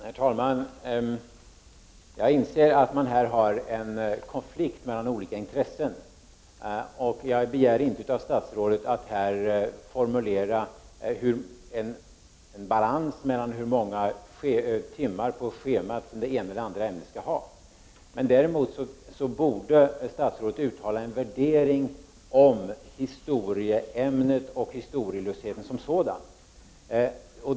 Herr talman! Jag inser att man här har en konflikt mellan olika intressen. Jag begär inte av statsrådet att han här skall redovisa en balans mellan hur många timmar på schemat det ena eller andra ämnet skall ha. Däremot borde statsrådet uttala en värdering av historieämnet och historielösheten som sådan.